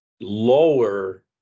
lower